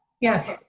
yes